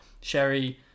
Sherry